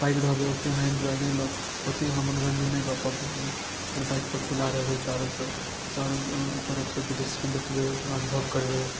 pack रहबै अहाँ ओतेक एन्जॉइ नहि लऽ ओतेक अहाँ मनोरन्जन नहि लऽ पेबै आओर बाइकपर खुला रहबै चारू तर चारू तरफसँ दृश्यके देखबै ओकरा अनुभव करबै